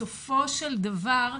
בסופו של דבר,